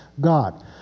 God